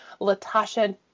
LaTasha